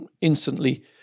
instantly